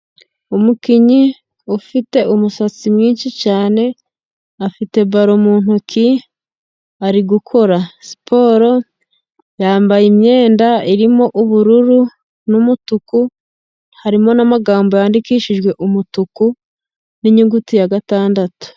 Umukinnyi ufite umusatsi mwinshi cyane afite baro mu ntoki, ari gukora siporo yambaye imyenda irimo ubururu n'umutuku harimo n'amagambo yandikishijwe umutuku ninyuguti ya gatandatu.